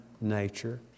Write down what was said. nature